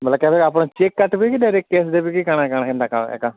ବୋଲେ କେବେ ଆପଣ ଚେକ୍ କାଟିବେ କି ଡାଇରେକ୍ଟ କ୍ୟାଶ୍ ଦେବେ କି କାଣା କାଣା କେନ୍ତା